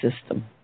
system